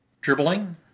dribbling